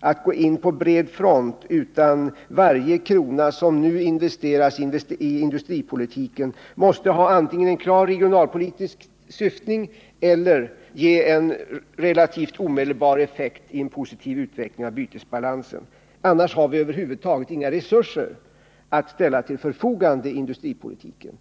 att gå in på bred front, utan varje krona som nu investeras i industripolitiken måste antingen ha en klar regionalpolitisk syftning eller ge en relativt omedelbar effekt i en positiv utveckling av bytesbalansen. Annars har vi över huvud taget inga resurser att ställa till förfogande inom industripolitiken.